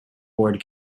board